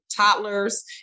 toddlers